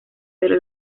pero